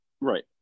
right